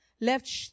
left